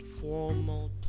formal